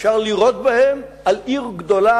אפשר לירות להם על עיר גדולה,